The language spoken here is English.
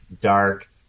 dark